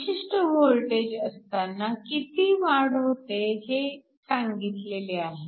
विशिष्ट वोल्टेज असताना किती वाढ होते हे सांगितलेले आहे